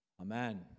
Amen